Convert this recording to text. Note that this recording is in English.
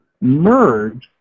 merge